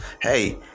hey